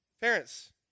Parents